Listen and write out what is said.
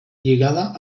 lligada